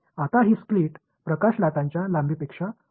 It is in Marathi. आता ही स्लिट प्रकाश लाटांच्या लांबीपेक्षा खूप मोठी आहे